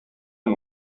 and